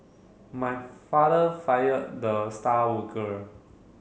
my father fired the star worker